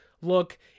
look